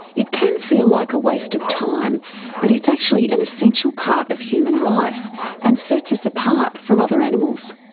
it can feel like a waste of time but it's actually an essential part of human life and sets us apart from other animals.